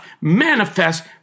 manifest